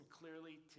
clearly